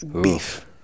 beef